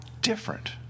different